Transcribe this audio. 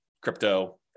crypto